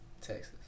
Texas